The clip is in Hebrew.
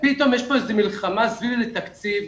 ופתאום יש פה איזו מלחמה סביב איזה תקציב,